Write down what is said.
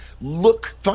Look